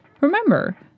Remember